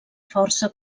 força